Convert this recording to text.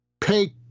pay